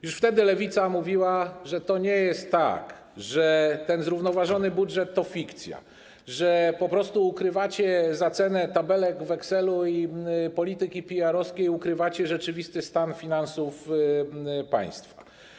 Już wtedy Lewica mówiła, że to nie jest tak, że ten zrównoważony budżet to fikcja, że po prostu ukrywacie za cenę tabelek w Excelu i polityki PR-owskiej rzeczywisty stan finansów państwa.